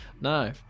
No